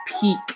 peak